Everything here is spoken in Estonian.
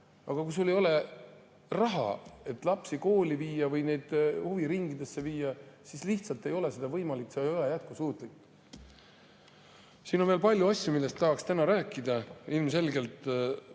aga kui sul ei ole raha, et lapsi kooli või huviringidesse viia, siis lihtsalt ei ole seda võimalik [teha]. See ei ole jätkusuutlik. Siin on veel palju asju, millest tahaks täna rääkida. Ilmselgelt,